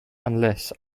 unless